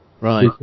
Right